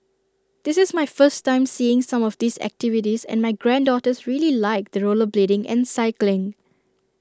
this is my first time seeing some of these activities and my granddaughters really liked the rollerblading and cycling